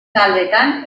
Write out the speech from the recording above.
taldetan